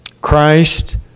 Christ